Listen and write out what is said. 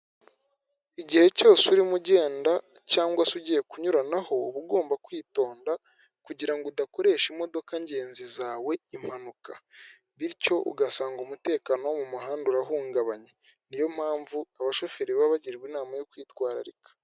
Igihe cyose urimo ugenda cyangwa se ugiye kunyuranaho, uba ugomba kwitonda kugira ngo udakoresha imodoka ngenzi zawe impanuka, bityo ugasanga umutekano wo mu muhanda urahungabanye, ni yo mpamvu abashoferi baba bagirwa inama yo kwitwararika.